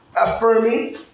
affirming